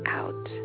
out